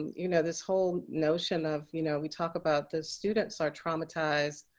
you know, this whole notion of, you know, we talk about the students are traumatized.